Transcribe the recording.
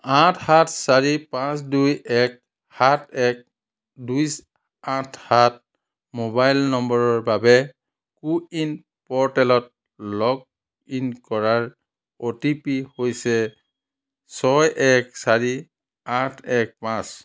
আঠ সাত চাৰি পাঁচ দুই এক সাত এক দুই আঠ সাত মোবাইল নম্বৰৰ বাবে কো ৱিন প'ৰ্টেলত লগ ইন কৰাৰ অ' টি পি হৈছে ছয় এক চাৰি আঠ এক পাঁচ